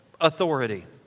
authority